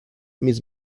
mis